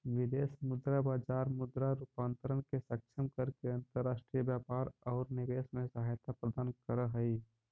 विदेश मुद्रा बाजार मुद्रा रूपांतरण के सक्षम करके अंतर्राष्ट्रीय व्यापार औउर निवेश में सहायता प्रदान करऽ हई